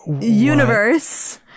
universe